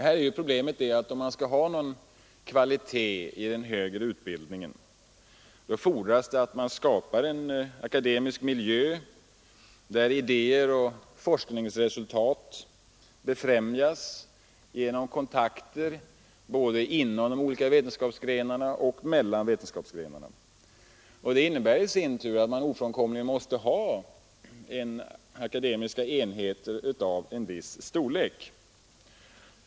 Här är problemet att om det skall bli någon kvalitet i den högre utbildningen fordras det att man skapar en akademisk miljö där idéer och forskningsresultat befrämjas genom kontakter både inom de olika vetenskapsgrenarna och mellan dem. Det innebär i sin tur att man måste ha akademiska enheter av en viss storlek.